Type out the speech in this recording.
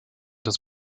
des